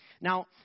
Now